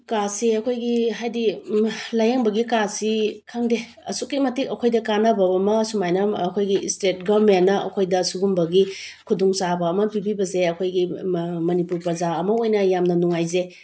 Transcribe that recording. ꯀꯥꯔꯠꯁꯦ ꯑꯩꯈꯣꯏꯒꯤ ꯍꯥꯏꯗꯤ ꯂꯥꯏꯌꯦꯡꯕꯒꯤ ꯀꯥꯠꯁꯤ ꯈꯪꯗꯦ ꯑꯁꯨꯛꯀꯤ ꯃꯇꯤꯛ ꯑꯩꯈꯣꯏꯗ ꯀꯥꯟꯅꯕ ꯑꯃ ꯁꯨꯃꯥꯏꯅ ꯑꯩꯈꯣꯏꯒꯤ ꯏꯁꯇꯦꯠ ꯒꯣꯔꯃꯦꯟꯅ ꯑꯩꯈꯣꯏꯗ ꯁꯤꯒꯨꯝꯕꯒꯤ ꯈꯨꯗꯣꯡ ꯆꯥꯕ ꯑꯃ ꯄꯤꯕꯤꯕꯁꯦ ꯑꯩꯈꯣꯏꯒꯤ ꯃꯅꯤꯄꯨꯔꯒꯤ ꯄ꯭ꯔꯖꯥ ꯑꯝ ꯑꯣꯏꯅ ꯌꯥꯝꯅ ꯅꯨꯡꯉꯥꯏꯖꯩ